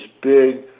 big